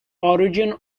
origin